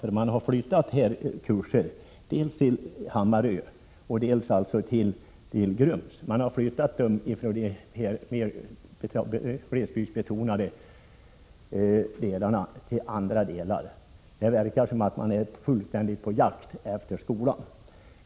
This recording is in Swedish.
Man har nämligen flyttat kurser dels till Hammarö, dels också till Grums, dvs. från ett glesbygdsområde till andra delar av länet. Det verkar nästan som om man förföljer verksamheten vid den här skolan.